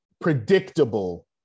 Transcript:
predictable